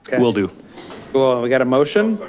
will do. well we got a motion.